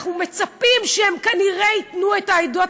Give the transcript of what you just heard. אנחנו מצפים שהם כנראה ייתנו את העדויות,